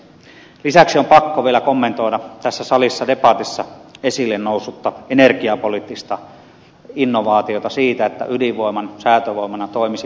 lisäksi on pakko vielä kommentoida tässä salissa debatissa esille nousutta energiapoliittista innovaatiota siitä että ydinvoiman säätövoimana toimisi ydinvoima